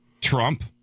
Trump